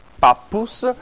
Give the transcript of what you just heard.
pappus